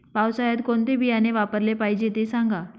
पावसाळ्यात कोणते बियाणे वापरले पाहिजे ते सांगा